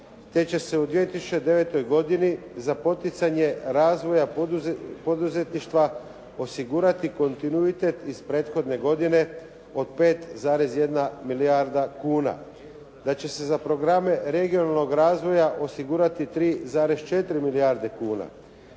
te će se u 2009. godini za poticanje razvoja poduzetništva osigurati kontinuitet iz prethodne godine od 5,1 milijarda kuna. Da će se za programe regionalnog razvoja osigurati 3,4 milijarde kuna.